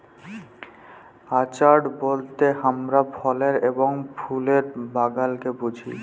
orchard বলতে হামরা ফলের এবং ফুলের বাগালকে বুঝি